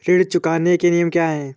ऋण चुकाने के नियम क्या हैं?